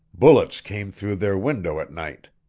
bullets came through their window at night.